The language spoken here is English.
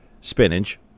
spinach